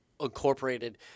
incorporated